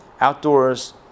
outdoors